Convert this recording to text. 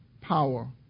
power